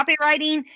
copywriting